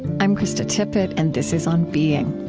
i'm krista tippett, and this is on being.